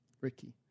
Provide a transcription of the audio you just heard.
Ricky